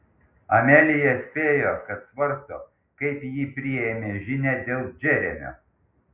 amelija spėjo kad svarsto kaip ji priėmė žinią dėl džeremio